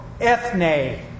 ethne